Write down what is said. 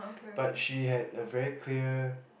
but she had a very clear